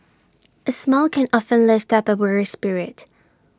A smile can often lift up A weary spirit